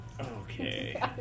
Okay